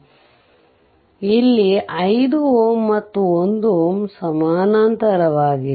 ಆದ್ದರಿಂದ ಇಲ್ಲಿ 5 Ω ಮತ್ತು 1 Ω ಸಮಾನಾಂತರವಾಗಿದೆ